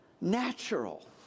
natural